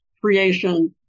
creation